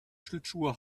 schlittschuhe